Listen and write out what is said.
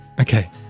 Okay